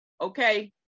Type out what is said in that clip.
Okay